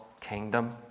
kingdom